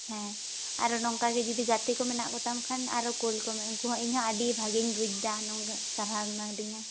ᱦᱮᱸ ᱟᱨᱚ ᱱᱚᱝᱠᱟ ᱜᱮ ᱡᱩᱫᱤ ᱜᱟᱛᱮ ᱠᱚ ᱢᱮᱱᱟᱜ ᱠᱚᱛᱟᱢ ᱠᱷᱟᱱ ᱟᱨᱚ ᱠᱩᱞ ᱠᱚᱢᱮ ᱤᱧ ᱦᱚᱸ ᱟᱹᱰᱤ ᱵᱷᱟᱹᱜᱤᱧ ᱵᱩᱡ ᱮᱫᱟ ᱱᱩᱱᱟᱹᱜ ᱥᱟᱨᱦᱟᱣᱮᱢ ᱮᱢᱟᱫᱤᱧᱟᱹ